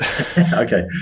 Okay